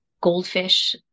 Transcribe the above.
goldfish